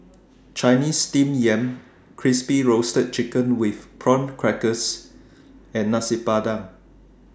Chinese Steamed Yam Crispy Roasted Chicken with Prawn Crackers and Nasi Padang